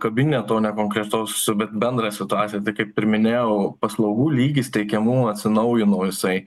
kabineto o ne konkretaus bet bendrą situaciją tai kaip ir minėjau paslaugų lygis teikiamų atsinaujino jisai